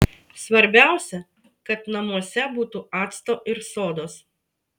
svarbiausia kad namuose būtų acto ir sodos